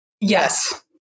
yes